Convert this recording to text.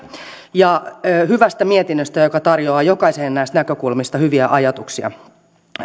ja hyvästä mietinnöstä joka tarjoaa jokaiseen näistä näkökulmista hyviä ajatuksia